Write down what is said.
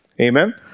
Amen